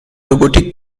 robotic